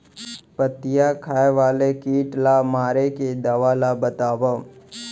पत्तियां खाए वाले किट ला मारे के दवा ला बतावव?